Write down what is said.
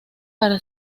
para